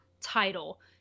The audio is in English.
title